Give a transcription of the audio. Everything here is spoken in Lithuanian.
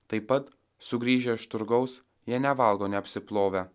taip pat sugrįžę iš turgaus jie nevalgo neapsiplovę